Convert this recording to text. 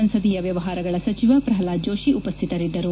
ಸಂಸದೀಯ ವ್ಯವಹಾರಗಳ ಸಚಿವ ಪ್ರಲ್ಡಾದ್ ಜೋಶಿ ಉಪಸ್ಥಿತರಿದ್ದರು